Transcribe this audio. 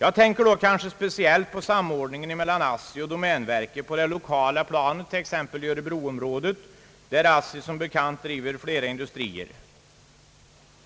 Jag tänker då speciellt på samordningen mellan ASSI och domänverket på det lokala planet, t.ex. i örebroområdet, där ASSI som bekant driver flera industrier.